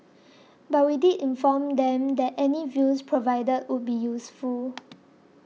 but we did inform them that any views provided would be useful